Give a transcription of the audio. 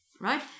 right